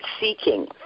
seeking